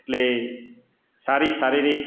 એટલે સારી શારીરિક